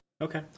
Okay